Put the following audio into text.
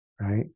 right